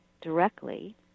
directly